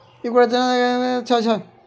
इ कॉकोड़ जेना देखाइत छै